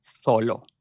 solo